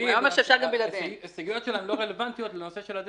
אני רק אומר שהסוגיות שלהן לא רלוונטיות לנושא של הדלק.